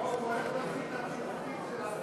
לא, הוא הולך להוציא את הציטוטים של השר.